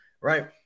Right